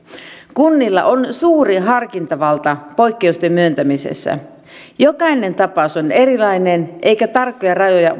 kunnilla on suuri harkintavalta poikkeusten myöntämisessä jokainen tapaus on erilainen eikä tarkkoja rajoja